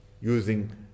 using